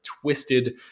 twisted